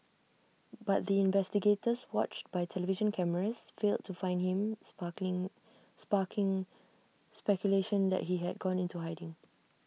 but the investigators watched by television cameras failed to find him sparking sparking speculation that he had gone into hiding